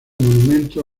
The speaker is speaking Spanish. monumento